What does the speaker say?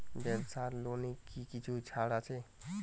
ব্যাবসার লোনে কি কিছু ছাড় আছে?